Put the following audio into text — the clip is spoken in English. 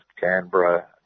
Canberra